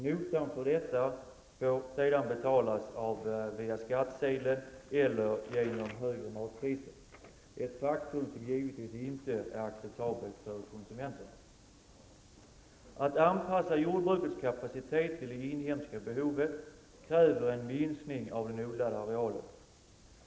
Notan för detta får sedan betalas via skattsedeln eller genom högre matpriser, ett faktum om givetvis inte är acceptabelt för konsumenterna. Att anpassa jordbrukets kapacitet till det inhemska behovet kräver en minskning av den odlade arealen.